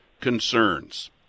concerns